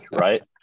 right